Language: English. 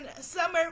Summer